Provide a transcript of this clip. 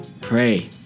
pray